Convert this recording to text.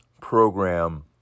program